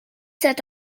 set